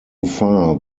far